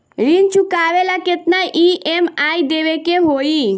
ऋण चुकावेला केतना ई.एम.आई देवेके होई?